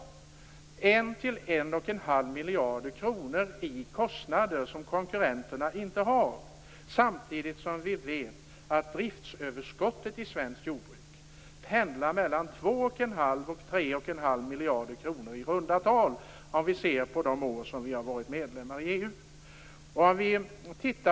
Man har 1-1 1⁄2 miljarder kronor i kostnader som konkurrenterna inte har. Samtidigt vet vi att driftsöverskottet i svenskt jordbruk pendlar mellan 2 1⁄2 och 3 1⁄2 miljarder kronor i runda tal, om vi ser på de år som vi har varit medlemmar i EU.